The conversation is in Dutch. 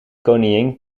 koningin